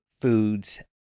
foods